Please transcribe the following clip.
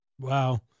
Wow